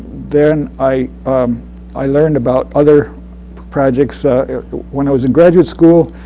then i i learned about other projects. when i was in graduate school